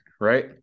right